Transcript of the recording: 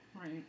Right